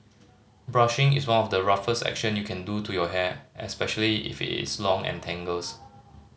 brushing is one of the roughest action you can do to your hair especially if it is long and tangles